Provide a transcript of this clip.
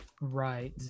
Right